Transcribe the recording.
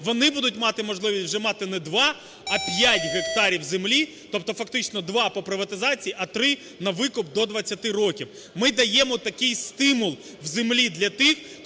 вони будуть мати можливість вже мати не 2, а 5 гектарів землі, тобто фактично 2 – по приватизації, а 3 – на викуп до 20 років. Ми даємо такий стимул в землі для тих,